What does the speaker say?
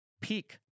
peak